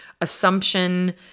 assumption